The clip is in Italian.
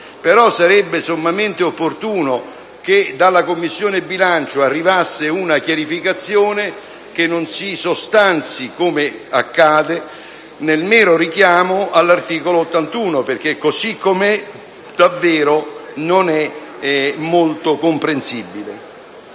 ma sarebbe sommamente opportuno che dalla Commissione bilancio arrivasse una chiarificazione che non si sostanzi, come accade, nel mero richiamo all'articolo 81 della Costituzione, perché così com'è davvero non è molto comprensibile.